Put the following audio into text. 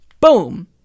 Boom